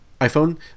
iphone